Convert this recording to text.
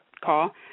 call